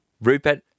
Rupert